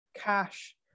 cash